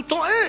הוא טועה.